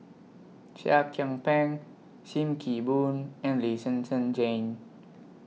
Seah Kian Peng SIM Kee Boon and Lee Zhen Zhen Jane